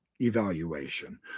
evaluation